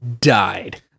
died